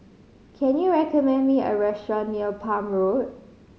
can you recommend me a restaurant near Palm Road